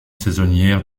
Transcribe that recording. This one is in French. saisonnières